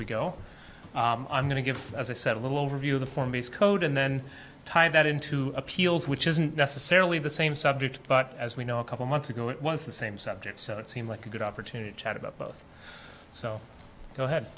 we go i'm going to give as i said a little overview of the form is code and then tie that into appeals which isn't necessarily the same subject but as we know a couple months ago it was the same subject so it seemed like a good opportunity to chat about both so go ahead